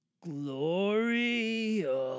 glory